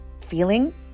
feeling